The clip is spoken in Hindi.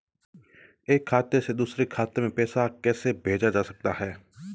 एक खाते से दूसरे खाते में पैसा कैसे भेजा जा सकता है?